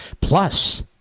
Plus